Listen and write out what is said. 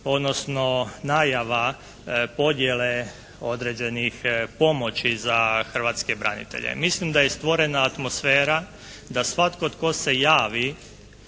odnosno najava podjele određenih pomoći za hrvatske branitelje. Mislim da je stvorena atmosfera da svatko tko se javi,